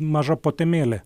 maža potemėlė